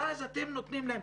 ואז אתם נותנים להם,